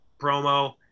promo